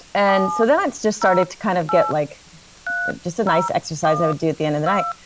and so that's just started to kind of get like just a nice exercise i would do at the end of the night,